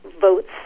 votes